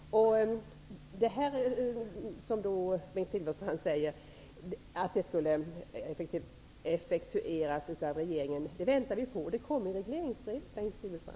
Det som Bengt Silfverstrand sade om att detta skulle effektueras av regeringen, väntar vi på. Och det kommer i regleringsbrevet, Bengt